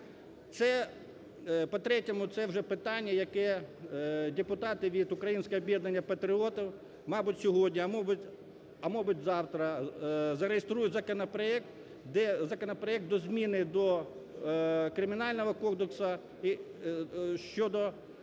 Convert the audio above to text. по третьому, це вже питання, яке депутати від Українського об'єднання патріотів, мабуть, сьогодні, а може бути, завтра зареєструють законопроект, де… законопроект до зміни до Кримінального кодексу щодо